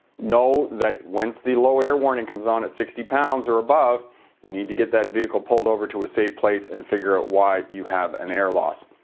know that once the low air warning comes on at sixty pounds or above you need to get that vehicle pulled over to a safe place and figure out why you have an air loss.